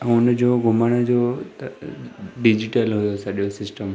ऐं हुनजो घुमण जो त डिजिटल हुओ सॼो सिस्टम